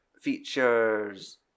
features